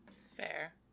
Fair